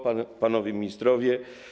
Panowie Ministrowie!